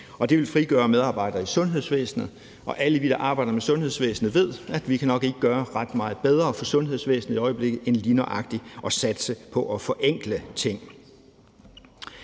Det vil frigøre medarbejdere i sundhedsvæsenet, og alle vi, der arbejder med sundhedsvæsenet, ved, at vi nok ikke kan gøre ret meget bedre for sundhedsvæsenet i øjeblikket end lige nøjagtig at satse på at forenkle ting.